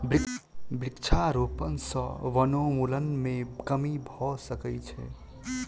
वृक्षारोपण सॅ वनोन्मूलन मे कमी भ सकै छै